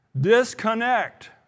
Disconnect